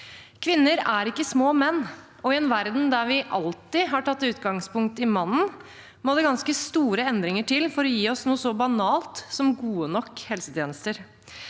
Kvinner er ikke små menn, og i en verden der vi alltid har tatt utgangspunkt i mannen, må det ganske store endringer til for å gi oss noe så banalt som gode nok helsetjenester.